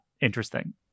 interesting